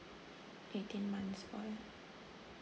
eighteen months old